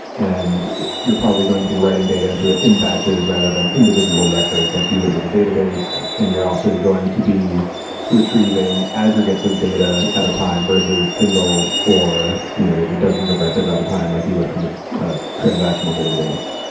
and you're probably going to be writing data into it in batches, rather than individual records like you would with a database. and you're also going to be retrieving aggregates of data at a time versus single or you know maybe dozens of records at a time like you would from a a transactional database,